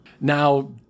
Now